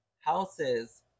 houses